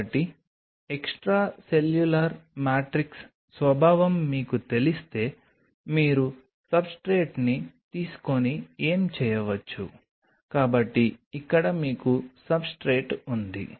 కాబట్టి extracellular matrix స్వభావం మీకు తెలిస్తే మీరు సబ్స్ట్రేట్ని తీసుకొని ఏమి చేయవచ్చు కాబట్టి ఇక్కడ మీకు సబ్స్ట్రేట్ ఉంది